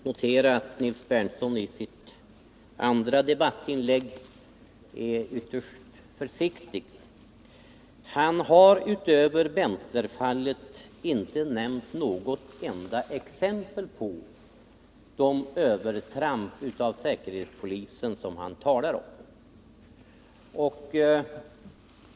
Herr talman! Låt mig notera att Nils Berndtson i sitt andra debattinlägg är ytterst försiktig. Han har utöver Berntlerfallet inte nämnt ett enda exempel på sådana övertramp från säkerhetspolisens sida som han talar om.